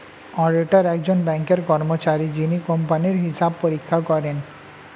auditor একজন ব্যাঙ্কের কর্মচারী যিনি কোম্পানির হিসাব পরীক্ষা করেন